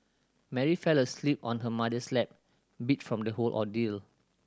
Mary fell asleep on her mother's lap beat from the whole ordeal